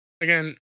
again